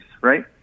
right